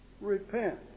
Repent